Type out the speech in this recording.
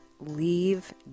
Leave